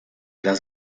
las